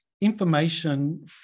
information